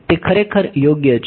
તે ખરેખર યોગ્ય છે